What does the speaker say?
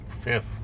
fifth